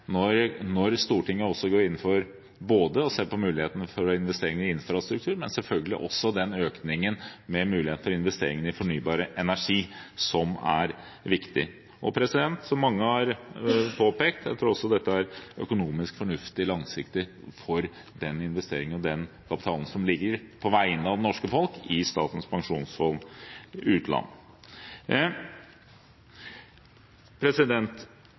når Stortinget også går inn for å se på muligheten for å investere i infrastruktur, men selvfølgelig også økningen med mulighet for investeringer i fornybar energi, som er viktig. Som mange har påpekt, tror jeg også dette langsiktig er økonomisk fornuftig for den investeringen og den kapitalen som, på vegne av det norske folk, ligger i Statens pensjonsfond utland.